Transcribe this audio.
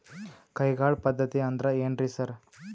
ಕೈಗಾಳ್ ಪದ್ಧತಿ ಅಂದ್ರ್ ಏನ್ರಿ ಸರ್?